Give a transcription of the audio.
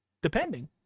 Depending